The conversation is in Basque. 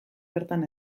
bertan